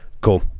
Cool